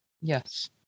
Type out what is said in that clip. Yes